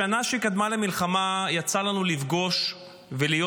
בשנה שקדמה למלחמה יצא לנו להיות בכמה